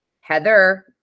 Heather